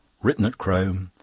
written at crome,